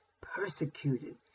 persecuted